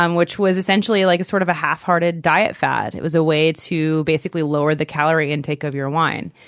um which was essentially like sort of a half-hearted diet fad. it was a way to basically lower the calorie intake of your wine.